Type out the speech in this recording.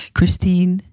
Christine